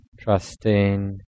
trusting